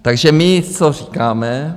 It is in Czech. Takže my, co říkáme?